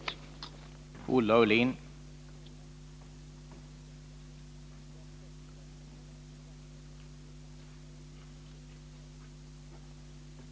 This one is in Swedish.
att stärka incidentberedskapen att stärka incidentberedskapen